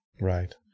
Right